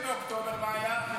ב-7 באוקטובר מה היה?